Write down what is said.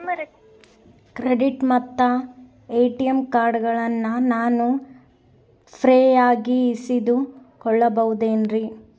Credit ಮತ್ತ ATM ಕಾರ್ಡಗಳನ್ನ ನಾನು ಫ್ರೇಯಾಗಿ ಇಸಿದುಕೊಳ್ಳಬಹುದೇನ್ರಿ?